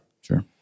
Sure